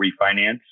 refinance